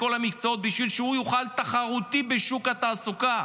כל המקצועות בשביל שהוא יוכל להיות תחרותי בשוק התעסוקה.